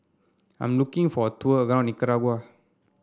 I'm looking for tour around Nicaragua